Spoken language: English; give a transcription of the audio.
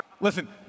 Listen